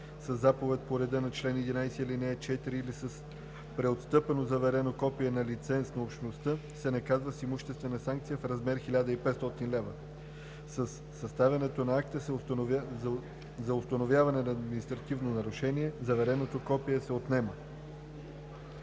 заповед по реда на чл. 11, ал. 4 или с преотстъпено заверено копие на лиценз на Общността, се наказва с имуществена санкция в размер 1500 лв. Със съставянето на акта за установяване на административно нарушение завереното копие се отнема.“